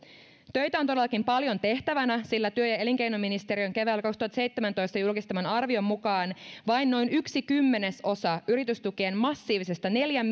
töitä on paljon tehtävänä sillä työ ja elinkeinoministeriön keväällä kaksituhattaseitsemäntoista julkistaman arvion mukaan vain noin yksi kymmenesosa yritystukien massiivisesta neljän